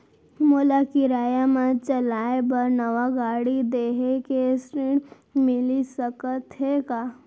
मोला किराया मा चलाए बर नवा गाड़ी लेहे के ऋण मिलिस सकत हे का?